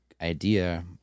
idea